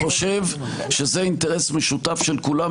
אני חושב שזה אינטרס משותף של כולם,